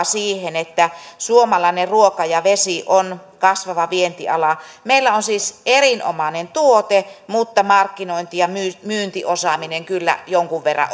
siihen että suomalainen ruoka ja vesi on kasvava vientiala meillä on siis erinomainen tuote mutta markkinointi ja myyntiosaaminen kyllä jonkun verran